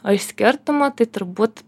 o iš skirtumų tai turbūt